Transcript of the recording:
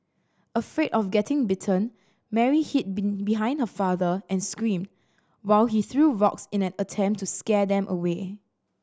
afraid of getting bitten Mary hid behind her father and screamed while he threw rocks in an attempt to scare them away